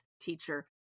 Teacher